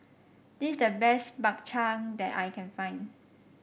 this is the best Bak Chang that I can find